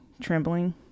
trembling